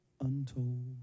untold